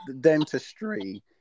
dentistry